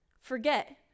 forget